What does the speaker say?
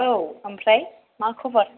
औ ओमफ्राय मा खबर